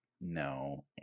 No